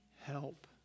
help